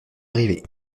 arrivée